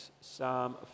Psalm